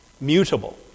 Mutable